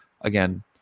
again